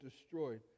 destroyed